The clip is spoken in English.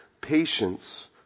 patience